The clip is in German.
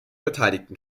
beteiligten